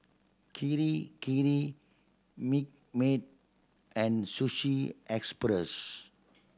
Kirei Kirei Milkmaid and Sushi Express